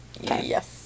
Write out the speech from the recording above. yes